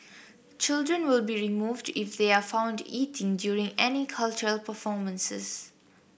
children will be removed if they are found eating during any cultural performances